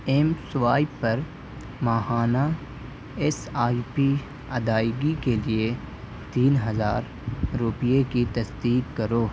M swipe پر ماہانہ S I P ادائیگی کے لیے تین ہزار روپیے کی تصدیق کرو